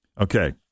Okay